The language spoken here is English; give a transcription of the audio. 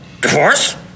Divorce